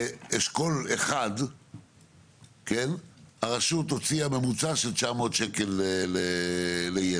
באשכול אחד הרשות הוציאה ממוצע של 900 שקלים למטופל.